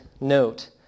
note